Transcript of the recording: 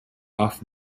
off